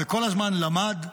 וכל הזמן למד,